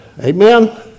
amen